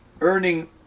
earning